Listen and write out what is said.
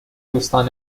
دوستان